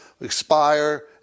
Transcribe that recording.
expire